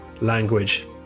language